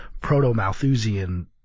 proto-Malthusian